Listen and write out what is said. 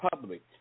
public